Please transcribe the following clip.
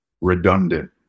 redundant